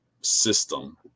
system